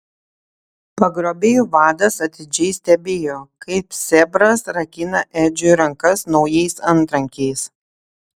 pagrobėjų vadas atidžiai stebėjo kaip sėbras rakina edžiui rankas naujais antrankiais